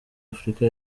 afurika